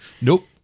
Nope